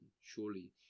surely